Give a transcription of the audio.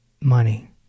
money